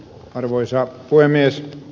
arvoisa puhemies